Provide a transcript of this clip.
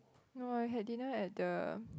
no I had didn't at the